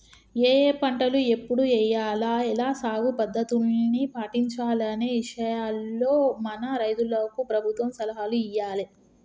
ఏఏ పంటలు ఎప్పుడు ఎయ్యాల, ఎలా సాగు పద్ధతుల్ని పాటించాలనే విషయాల్లో మన రైతులకు ప్రభుత్వం సలహాలు ఇయ్యాలే